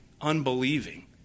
unbelieving